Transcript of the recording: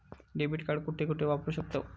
Debit card कुठे कुठे वापरू शकतव?